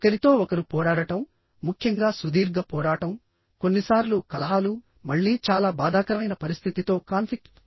ఒకరితో ఒకరు పోరాడటం ముఖ్యంగా సుదీర్ఘ పోరాటం కొన్నిసార్లు కలహాలు మళ్ళీ చాలా బాధాకరమైన పరిస్థితితో కాన్ఫ్లిక్ట్